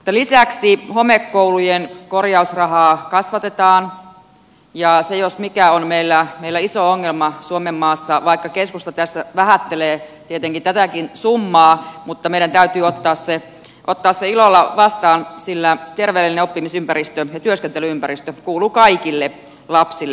lisäksi homekoulujen korjausrahaa kasvatetaan ja se jos mikä on meillä iso ongelma suomenmaassa vaikka keskusta tässä tietenkin vähättelee tätäkin summaa mutta meidän täytyy ottaa se ilolla vastaan sillä terveellinen oppimisympäristö ja työskentely ympäristö kuuluu kaikille lapsille